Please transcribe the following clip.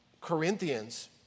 Corinthians